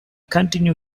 continue